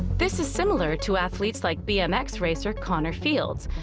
this is similar to athletes like bmx racer, connor fields,